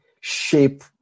shape